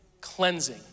Cleansing